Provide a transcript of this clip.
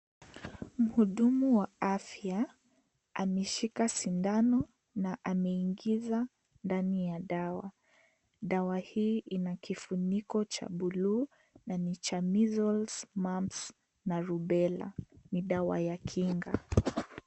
Mhudumu wa afya ameshika sindano na ameingiza ndani ya dawa, dawa hii ina kifuniko cha buluu na ni cha measles, mumps na rubella, ni dawa ya kinga.